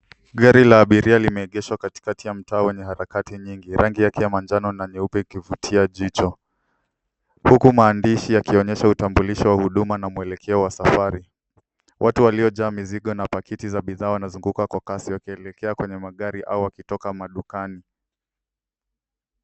Gari la abiria limeegeshwa katikati ya mtaa wenye harakati nyingi yangi yake ya manjano na nyeupe ikivutia jicho huku maandishi yakionyesha utambulisho wa huduma na mwelekeo wa safari. Watu waliojaa bidhaa na pakiti za mizigo wanazunguka kwa kasi wakielekea kwenye magaria au wakitoka madukani.